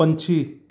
ਪੰਛੀ